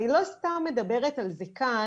אני לא סתם מדברת על זה כאן,